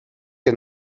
que